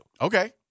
Okay